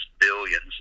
billions